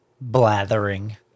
blathering